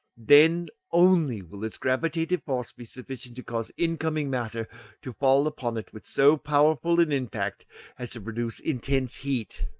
then only will its gravitative force be sufficient to cause incoming matter to fall upon it with so powerful an impact as to produce intense heat.